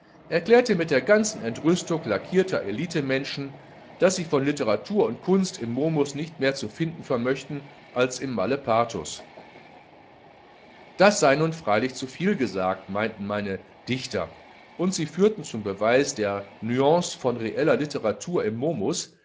erklärte mit der ganzen entrüstung lackierter elitemenschen daß sie von literatur und kunst im momus nicht mehr zu finden vermöchten als im malepartus das sei nun freilich zuviel gesagt meinten meine dichter und sie führten zum beweis der nüance von reeller litteratur im momus